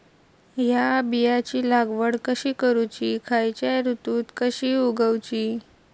हया बियाची लागवड कशी करूची खैयच्य ऋतुत कशी उगउची?